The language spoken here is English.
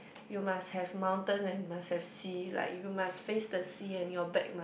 you must have mountain and must have sea like you must face the sea and your back must